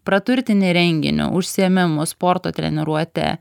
praturtini renginiu užsiėmimu sporto treniruote